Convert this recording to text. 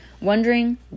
wondering